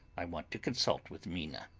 i want to consult with mina.